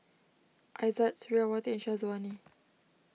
Aizat Suriawati and Syazwani